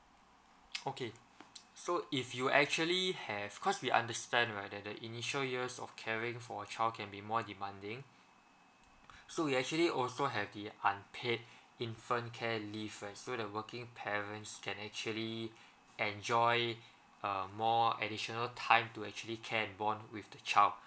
okay so if you actually have cause we understand right the the initial years of caring for a child can be more demanding so we actually also have the unpaid infant care leave right so the working parents can actually enjoy um more additional time to actually can bond with the child